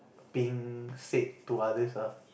being said to others lah